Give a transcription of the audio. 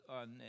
on